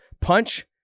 punch